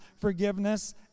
forgiveness